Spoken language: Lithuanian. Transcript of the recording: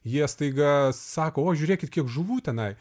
jie staiga sako o žiūrėkit kiek žuvų tenai